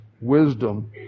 wisdom